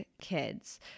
kids